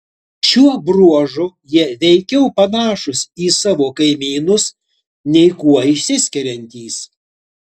šiuo bruožu jie veikiau panašūs į savo kaimynus nei kuo išsiskiriantys